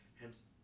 hence